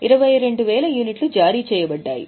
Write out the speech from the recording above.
నెలలో 22000 యూనిట్లు జారీ చేయబడ్డాయి